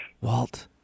Walt